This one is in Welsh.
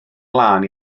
lân